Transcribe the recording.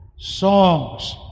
Songs